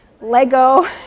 Lego